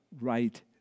right